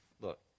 Look